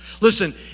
Listen